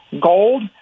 gold